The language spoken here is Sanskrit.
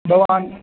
भवान्